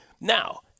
Now